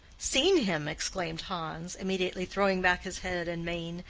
seen him! exclaimed hans, immediately throwing back his head and mane,